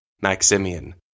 Maximian